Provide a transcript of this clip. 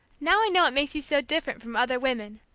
now i know what makes you so different from other women,